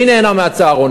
מי נהנה מהצהרונים?